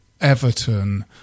everton